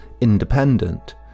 independent